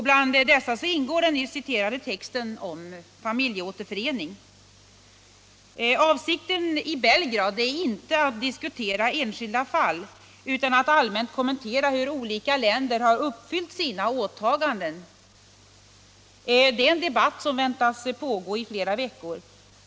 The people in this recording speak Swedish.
Bland dessa 33 Avsikten är inte att i Belgrad diskutera enskilda fall utan att allmänt kommentera hur olika länder har uppfyllt sina åtaganden. Den debatten väntas pågå i flera veckor.